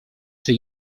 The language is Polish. czy